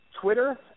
Twitter